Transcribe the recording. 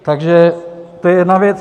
Tak to je jedna věc.